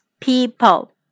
people